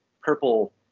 purple